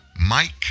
Mike